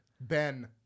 Ben